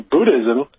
Buddhism